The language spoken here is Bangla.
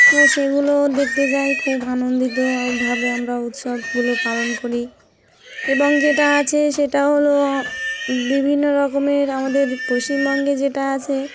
এবার সেগুলো দেখতে যাই খুব আনন্দিতভাবে আমরা উৎসবগুলো পালন করি এবং যেটা আছে সেটা হলো বিভিন্ন রকমের আমাদের পশ্চিমবঙ্গে যেটা আছে